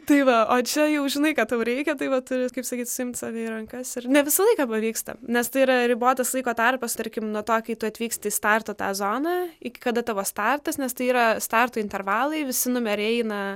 tai va o čia jau žinai kad tau reikia tai vat kaip sakyti suimti save į rankas ir ne visą laiką pavyksta nes tai yra ribotas laiko tarpas tarkim nuo to kai tu atvyksti į startą tą zoną iki kada tavo startas nes tai yra starto intervalai visi numeriai eina